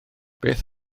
beth